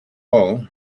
all